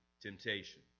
temptation